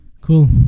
Cool